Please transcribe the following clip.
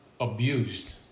abused